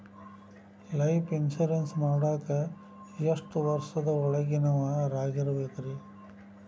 Life insurance ಮಾಡಾಕ ಎಷ್ಟು ವರ್ಷದ ಒಳಗಿನವರಾಗಿರಬೇಕ್ರಿ?